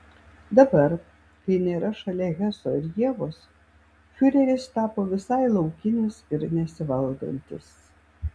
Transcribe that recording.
dabar kai nėra šalia heso ir ievos fiureris tapo visai laukinis ir nesivaldantis